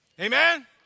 Amen